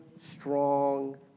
strong